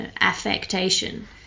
affectation